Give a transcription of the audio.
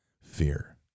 fear